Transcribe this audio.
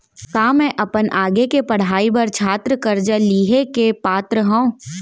का मै अपन आगे के पढ़ाई बर छात्र कर्जा लिहे के पात्र हव?